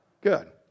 Good